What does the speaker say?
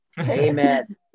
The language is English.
Amen